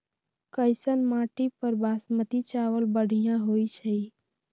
कैसन माटी पर बासमती चावल बढ़िया होई छई?